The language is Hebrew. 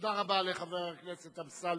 תודה רבה לחבר הכנסת אמסלם.